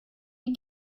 die